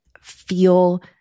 feel